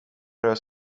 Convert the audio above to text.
huis